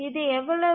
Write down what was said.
இது எவ்வளவு